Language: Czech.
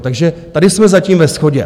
Takže tady jsme zatím ve shodě.